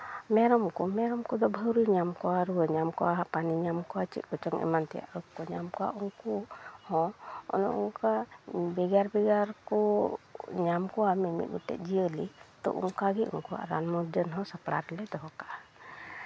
ᱢᱮᱨᱚᱢ ᱠᱚ ᱢᱮᱨᱚᱢ ᱠᱚᱫᱚ ᱵᱷᱟᱹᱨᱣᱟᱹ ᱧᱟᱢ ᱠᱚᱣᱟ ᱨᱩᱣᱟᱹ ᱧᱟᱢ ᱠᱚᱣᱟ ᱦᱟᱸᱯᱟᱱᱤ ᱧᱟᱢ ᱠᱚᱣᱟ ᱪᱮᱫ ᱠᱚᱪᱚᱝ ᱮᱢᱟᱱ ᱛᱮᱭᱟᱜ ᱨᱳᱜᱽ ᱠᱚ ᱧᱟᱢ ᱠᱚᱣᱟ ᱩᱱᱠᱩ ᱦᱚᱸ ᱚᱱᱮ ᱚᱱᱠᱟ ᱵᱷᱮᱜᱟᱨ ᱵᱷᱮᱜᱟᱨ ᱠᱚ ᱧᱟᱢ ᱠᱚᱣᱟ ᱢᱤ ᱢᱤᱫ ᱜᱚᱴᱮᱡ ᱡᱤᱭᱟᱹᱞᱤ ᱛᱳ ᱚᱱᱠᱟᱜᱮ ᱩᱱᱠᱩᱣᱟᱜ ᱨᱟᱱ ᱩᱱᱠᱩᱣᱟᱜ ᱨᱟᱱ ᱢᱩᱨᱜᱟᱹᱱ ᱦᱚᱸ ᱥᱟᱯᱲᱟᱣ ᱨᱮᱞᱮ ᱫᱚᱦᱚ ᱠᱟᱜᱼᱟ